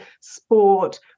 sport